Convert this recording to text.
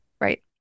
right